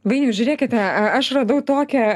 vainiau žiūrėkite e a aš radau tokią